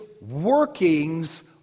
workings